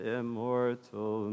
immortal